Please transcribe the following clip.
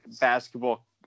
basketball